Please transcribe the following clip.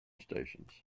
stations